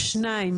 שניים,